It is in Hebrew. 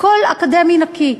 הכול אקדמי נקי.